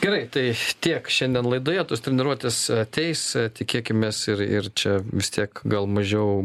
gerai tai tiek šiandien laidoje tos treniruotės ateis tikėkimės ir ir čia vis tiek gal mažiau